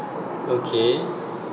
okay